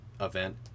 event